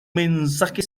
mensaje